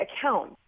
account